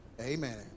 Amen